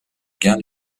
gain